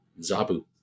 Zabu